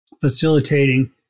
facilitating